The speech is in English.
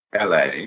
la